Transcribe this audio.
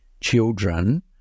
children